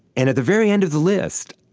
and at the very end of the list,